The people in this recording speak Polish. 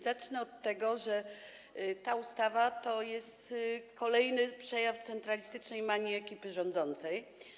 Zacznę od tego, że ta ustawa to kolejny przejaw centralistycznej manii ekipy rządzącej.